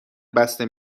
بسته